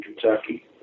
Kentucky